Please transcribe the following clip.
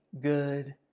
good